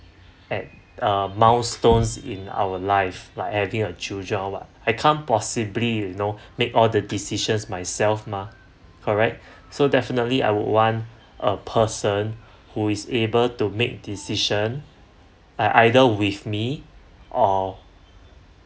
at a milestones in our life like having a children [what] I can't possibly you know make all the decisions myself mah correct so definitely I would want a person who is able to make decision like either with me or